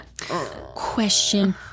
question